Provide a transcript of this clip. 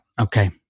Okay